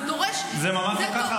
זה דורש --- זה ממש לא ככה,